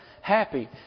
happy